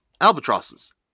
albatrosses